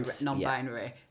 non-binary